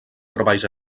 treballs